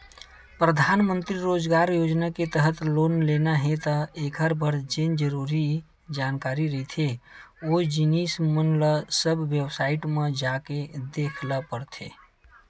परधानमंतरी रोजगार योजना के तहत लोन लेना हे त एखर बर जेन जरुरी जानकारी रहिथे ओ जिनिस मन ल सब बेबसाईट म जाके देख ल परथे